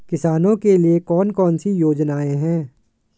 किसानों के लिए कौन कौन सी योजनाएं हैं?